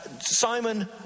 simon